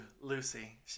Lucy